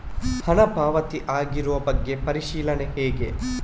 ಹಣ ಪಾವತಿ ಆಗಿರುವ ಬಗ್ಗೆ ಪರಿಶೀಲನೆ ಹೇಗೆ?